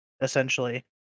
essentially